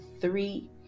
three